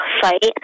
fight